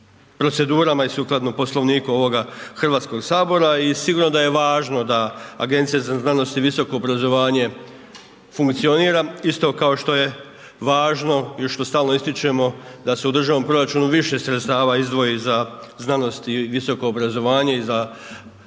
i sukladno Poslovniku ovoga HS i sigurno da je važno da Agencije za znanost i visoko obrazovanje funkcionira, isto kao što je važno ili što stalno ističemo da se u državnom proračunu više sredstva izdvoji za znanost i visoko obrazovanje i za